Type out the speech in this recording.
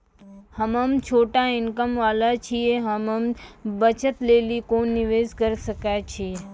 हम्मय छोटा इनकम वाला छियै, हम्मय बचत लेली कोंन निवेश करें सकय छियै?